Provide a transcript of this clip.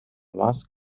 más